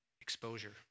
Exposure